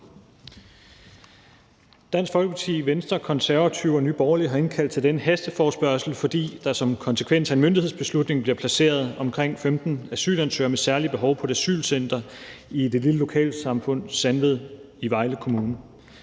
Dansk Folkeparti, Venstre, Konservative og Nye Borgerlige har indkaldt til denne hasteforespørgsel, fordi der som en konsekvens af en myndighedsbeslutning bliver placeret omkring 15 asylansøgere med særlige behov på et asylcenter i det lille lokalsamfund Sandvad i Vejle Kommune.